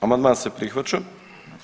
Amandman se prihvaća.